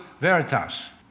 veritas